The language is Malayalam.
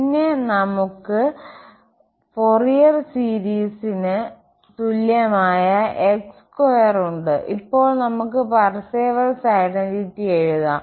പിന്നെ നമുക്ക് ഫോറിയർ സീരീസിന് തുല്യമായ x2 ഉണ്ട് ഇപ്പോൾ നമുക്ക് പർസേവൽസ് ഐഡന്റിറ്റി എഴുതാം